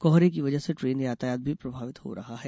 कोहरे की वजह से ट्रेन यातायात भी प्रभावित हो रहा है